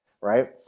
right